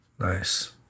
Nice